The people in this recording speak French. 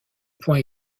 points